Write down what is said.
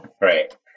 right